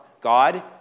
God